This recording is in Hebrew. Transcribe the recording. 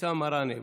אבתיסאם מראענה.